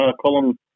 column